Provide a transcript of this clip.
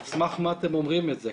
על סמך מה אתם אומרים את זה?